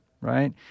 Right